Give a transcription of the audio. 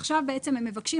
עכשיו, הם מבקשים